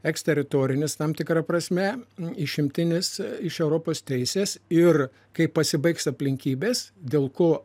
eksteritorinis tam tikra prasme išimtinis iš europos teisės ir kaip pasibaigs aplinkybės dėl ko